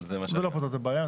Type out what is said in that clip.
זה לא פותר את הבעיה.